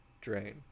drain